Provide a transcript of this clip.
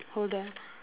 hold on